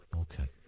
Okay